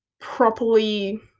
properly